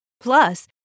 Plus